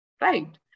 right